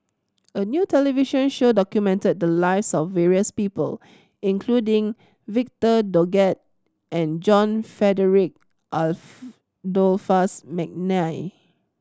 a new television show documented the lives of various people including Victor Doggett and John Frederick Adolphus McNair